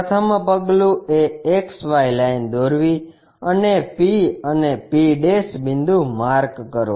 પ્રથમ પગલું એ XY લાઇન દોરવી અને P અને p બિંદુ માર્ક કરો